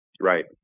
Right